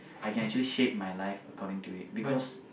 I can actually shape my life according to it because